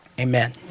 Amen